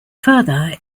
further